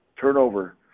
turnover